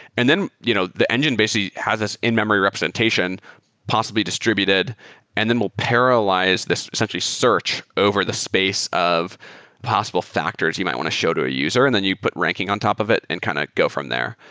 and then you know the engine basically has this in-memory representation possibly distributed and then we'll parallelize this essentially search over the space of possible factors you might want to show to a user and then you put ranking on top of it and kind of go from there.